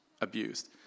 abused